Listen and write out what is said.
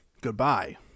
goodbye